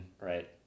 right